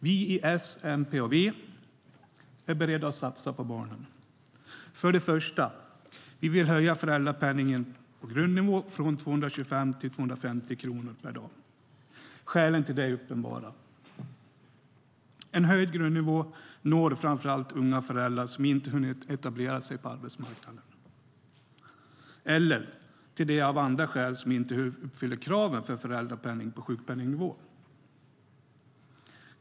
Vi i S, MP och V är beredda att satsa på barnen. För det första: Vi vill höja föräldrapenningen på grundnivå från 225 till 250 kronor per dag. Skälen till det är uppenbara. En höjd grundnivå når framför allt unga föräldrar som inte har hunnit etablera sig på arbetsmarknaden eller dem som av andra skäl inte uppfyller kraven på att få föräldrapenning på sjukpenningnivå.